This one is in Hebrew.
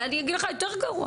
ואני אגיד לך יותר גרוע,